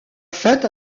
fête